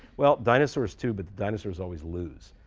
well, dinosaurs, too, but dinosaurs always lose.